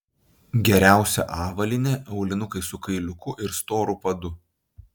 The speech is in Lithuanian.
geriausia avalynė aulinukai su kailiuku ir storu padu